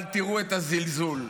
אבל תראו את הזלזול,